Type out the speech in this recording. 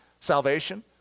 salvation